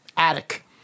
attic